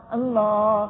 Allah